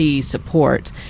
support